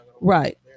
right